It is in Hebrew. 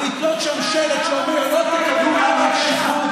ולתלות שם שלט שאומר: לא תקבלו מענק שחרור,